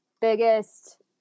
biggest